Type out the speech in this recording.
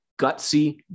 gutsy